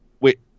wait